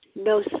No